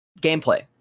gameplay